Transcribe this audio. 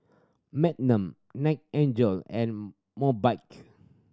Mgnum Night angel and Mobike